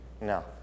No